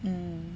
mm